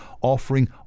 offering